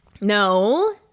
No